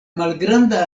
malgranda